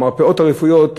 המרפאות הרפואיות,